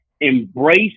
Embrace